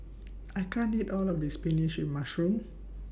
I can't eat All of This Spinach with Mushroom